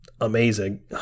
amazing